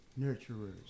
nurturers